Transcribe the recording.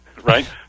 Right